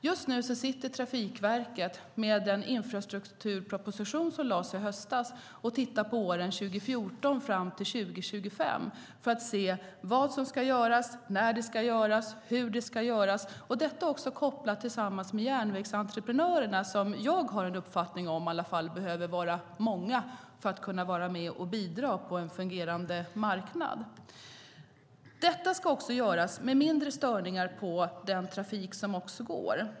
Just nu sitter Trafikverket med den infrastrukturproposition som lades fram i höstas och tittar på åren 2014-2025 för att se vad som ska göras, när det ska göras och hur det ska göras. Detta kopplas dessutom till järnvägsentreprenörerna, vilka, enligt den uppfattning som i alla fall jag har, behöver vara många för att kunna vara med och bidra till en fungerande marknad. Det ska göras med mindre störningar på den trafik som går.